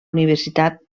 universitat